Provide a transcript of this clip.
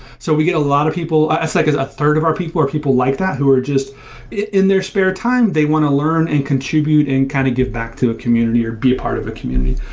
so we get a lot of people like a a third of our people are people like that who are just in their spare time, they want to learn and contribute in kind to give back to a community or be part of a community.